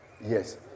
yes